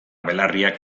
belarriak